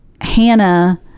Hannah